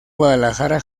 guadalajara